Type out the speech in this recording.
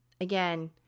Again